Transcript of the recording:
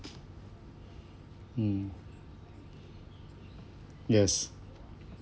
mm yes